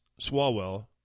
Swalwell